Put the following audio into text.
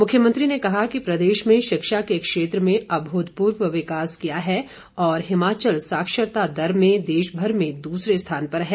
मुख्यमंत्री ने कहा कि प्रदेश में शिक्षा के क्षेत्र में अभूतपूर्व विकास किया है और हिमाचल साक्षरता दर में देशभर में दूसरे स्थान पर है